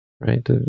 right